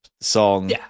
song